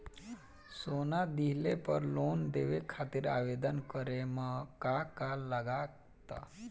सोना दिहले पर लोन लेवे खातिर आवेदन करे म का का लगा तऽ?